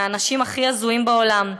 מהאנשים הכי הזויים בעולם.